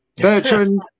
Bertrand